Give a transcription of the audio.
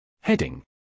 Heading